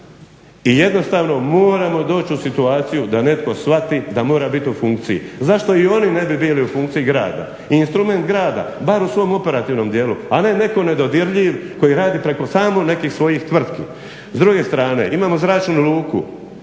I jednostavno moramo doći u situaciju da netko shvati da mora biti u funkciji. Zašto i oni ne bi bili u funkciji grada i instrument grada bar u svom operativnom dijelu, a ne neko nedodirljiv koji radi preko samo nekih svojih tvrtki. S druge strane imamo zračnu luku,